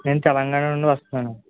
నేను తెలంగాణ నుండి వస్తున్నానండి